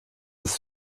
des